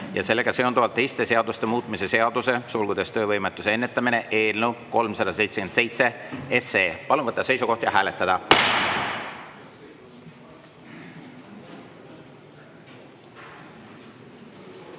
ja sellega seonduvalt teiste seaduste muutmise seaduse (töövõimetuse ennetamine) eelnõu 377. Palun võtta seisukoht ja hääletada!